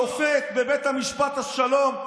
שופט בבית משפט השלום,